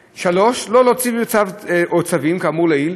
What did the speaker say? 3. לא להוציא צו או צווים כאמור לעיל.